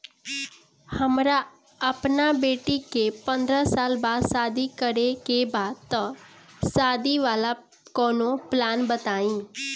हमरा अपना बेटी के पंद्रह साल बाद शादी करे के बा त शादी वाला कऊनो प्लान बताई?